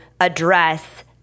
address